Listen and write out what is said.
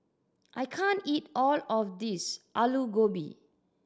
I can't eat all of this Alu Gobi